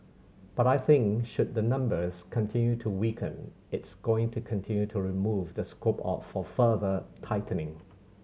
but I think should the numbers continue to weaken it's going to continue to remove the scope of for further tightening